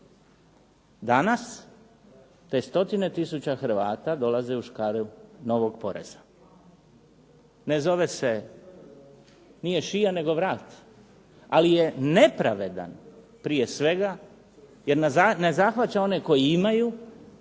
Danas te stotine tisuća Hrvata dolaze u škare novog poreza. Ne zove se, nije šija nego vrat ali je nepravedan prije svega jer ne zahvaća one koji imaju